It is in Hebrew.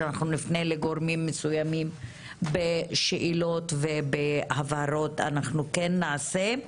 שנפנה לגורמים מסוימים בשאלות ובהבהרות אנחנו נעשהץ.